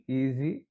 easy